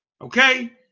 okay